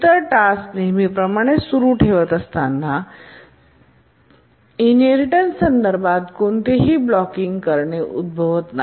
इतर टास्के नेहमीप्रमाणेच सुरू ठेवत असताना आणि इनहेरिटेन्ससंदर्भात कोणतीही ब्लॉकिंग करणे उद्भवत नाही